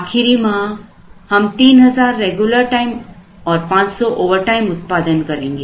आखिरी माह हम 3000 रेगुलर टाइम और 500 ओवरटाइम उत्पादन करेंगे